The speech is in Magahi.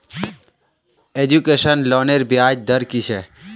एजुकेशन लोनेर ब्याज दर कि छे?